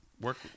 Work